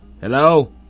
Hello